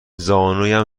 زانویم